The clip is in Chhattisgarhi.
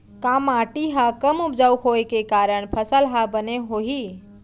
का माटी हा कम उपजाऊ होये के कारण फसल हा बने होही?